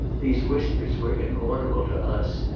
these whispers were inaudible to us,